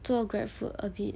做 grab food a bit